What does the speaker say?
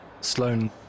Sloane